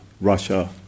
Russia